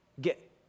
get